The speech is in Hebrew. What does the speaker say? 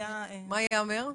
מה ייאמר?